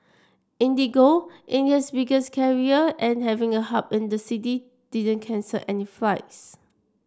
IndiGo India's biggest carrier and having a hub in the city didn't cancel any flights